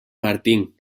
martín